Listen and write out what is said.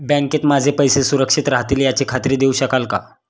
बँकेत माझे पैसे सुरक्षित राहतील याची खात्री देऊ शकाल का?